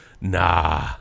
nah